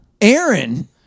Aaron